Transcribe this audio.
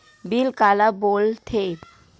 Bill काला बोल थे?